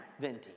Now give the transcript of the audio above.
venting